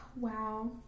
Wow